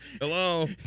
Hello